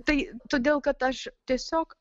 tai todėl kad aš tiesiog